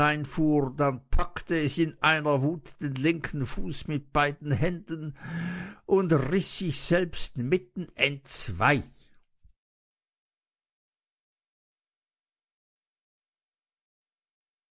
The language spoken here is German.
dann packte es in seiner wut den linken fuß mit beiden händen und riß sich selbst mitten entzwei